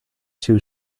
two